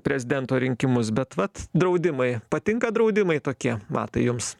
prezidento rinkimus bet vat draudimai patinka draudimai tokie matai jums